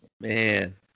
man